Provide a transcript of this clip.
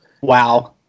Wow